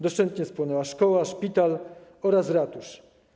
Doszczętnie spłonęła szkoła, szpital oraz ratusz.